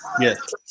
Yes